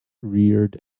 reared